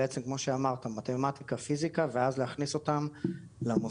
בעצם כמו שאמרתם מתמטיקה פיזיקה ואז להכניס אותם למוסדות,